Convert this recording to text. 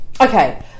okay